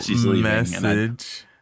message